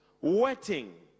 waiting